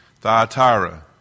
Thyatira